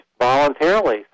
voluntarily